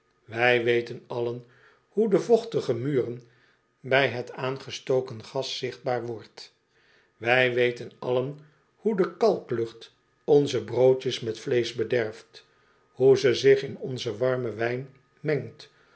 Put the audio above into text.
wij weten allen hoe de vochtige muren bij t aangestoken gas zichtbaar worden wij weten allen hoe de kalklucht onze broodjes met vleesch bederft hoe ze zich in onzen warmen wijn mengt